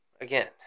again